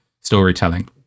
storytelling